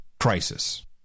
crisis